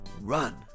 Run